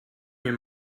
mir